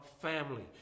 family